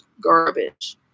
Garbage